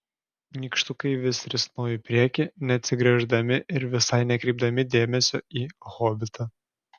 nykštukai vis risnojo į priekį neatsigręždami ir visai nekreipdami dėmesio į hobitą